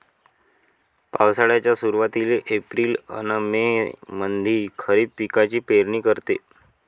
पावसाळ्याच्या सुरुवातीले एप्रिल अन मे मंधी खरीप पिकाची पेरनी करते